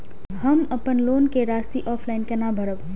हम अपन लोन के राशि ऑफलाइन केना भरब?